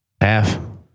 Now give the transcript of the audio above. Half